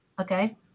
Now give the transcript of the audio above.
okay